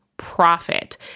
profit